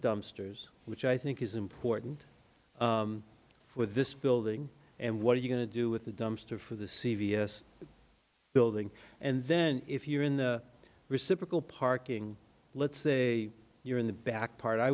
dumpsters which i think is important for this building and what are you going to do with the dumpster for the c v s building and then if you're in the reciprocal parking let's say you're in the back part i